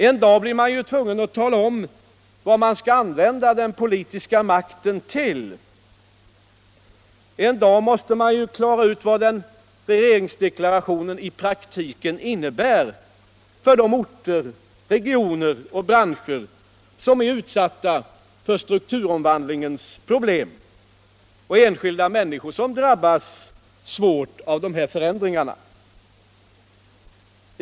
En dag blir man tvungen att tala om vad man skall använda den politiska makten till, en dag måste man ju klara ut vad regeringsdeklarationen i praktiken innebär för de orter, regioner och branscher som är utsatta för strukturomvandlingens problem, liksom för de enskilda människor som drabbas svårt av förändringarna.